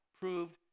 proved